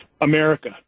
America